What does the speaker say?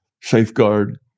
safeguard